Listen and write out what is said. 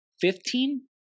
fifteen